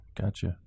Gotcha